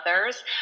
others